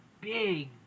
big